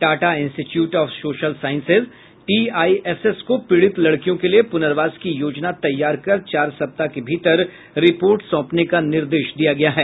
Tata Institute of Social Sciences TISS को पीड़ित लड़कियों के लिए पुर्नवास की योजना तैयार कर चार सप्ताह के भीतर रिपोर्ट सौंपने का निर्देश दिया गया है